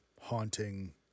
haunting